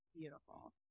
beautiful